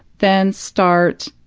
then start,